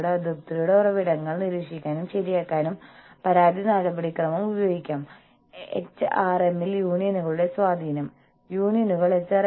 അവർക്ക് ആസന്നമായ ആവശ്യങ്ങൾ ഇല്ലെങ്കിൽ അല്ലെങ്കിൽ അവർ ഒരു തരത്തിലും അസംതൃപ്തരല്ലെങ്കിൽ അവർ ഒരു യൂണിയനിൽ പോയി ചേരില്ല